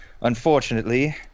Unfortunately